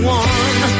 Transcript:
one